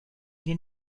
den